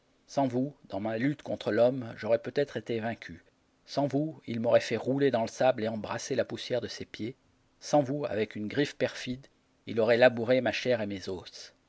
sans vous dans ma lutte contre l'homme j'aurai peut-être été vaincu sans vous il m'aurait fait rouler dans le sable et embrasser la poussière de ses pieds sans vous avec une griffe perfide il aurait labouré ma chair et mes os